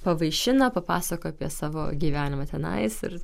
pavaišino papasakojo apie savo gyvenimą tenais ir